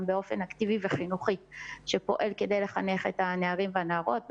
באופן אקטיבי וחינוכי הפועל לחינוך הנערים והנערות,